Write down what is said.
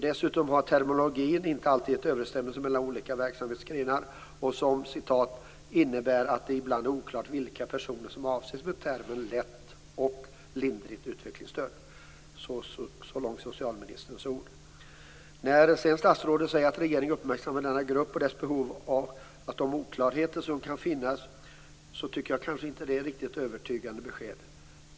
Dessutom överensstämmer inte alltid terminologin mellan olika verksamhetsgrenar, "vilket innebär att det ibland är oklart vilka personer som avses med termen lätt eller lindrigt utvecklingsstörd" - så långt socialministerns ord. Socialministern säger att regeringen uppmärksammar gruppen i fråga och dess behov samt de oklarheter som kan finnas. Jag tycker nog inte att det är ett riktigt övertygande besked.